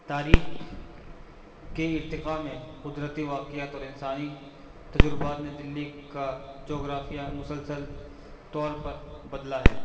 تاریخ کے ارتقا میں قدرتی واقعات اور انسانی تجربات نے دلی کا جغرافیہ مسلسل طور پر بدلا ہے